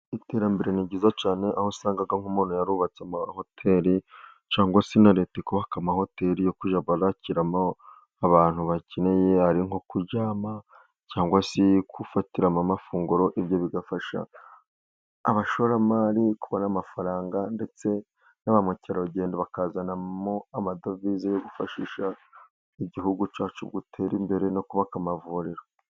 Iterambere ni ryiza cyane aho usanga nk'umuntu yarubatse amahoteli cyangwa se na Leta ikubaka amahoteli yo kujya bakiramo abantu bakeneye ari nko kuryama cyangwa se gufatiramo amafunguro. Ibyo bigafasha abashoramari kubona amafaranga ndetse na ba mukerarugendo bakazanamo amadovize yo gufashisha igihugu cyacu gutera imbere no kubaka amavuriro.